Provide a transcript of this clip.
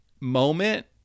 moment